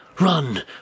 run